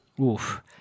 Oof